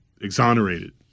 exonerated